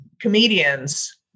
comedians